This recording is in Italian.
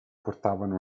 portavano